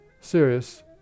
serious